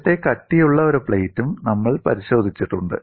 നേരത്തെ കട്ടിയുള്ള ഒരു പ്ലേറ്റും നമ്മൾ പരിശോധിച്ചിട്ടുണ്ട്